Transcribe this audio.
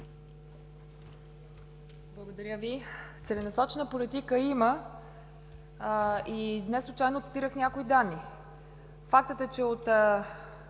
Благодаря Ви. Целенасочена политика има и неслучайно цитирах някои данни. Факт е, че от